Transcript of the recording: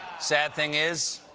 sad thing is,